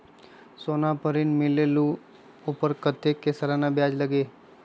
सोना पर ऋण मिलेलु ओपर कतेक के सालाना ब्याज लगे?